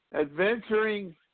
adventuring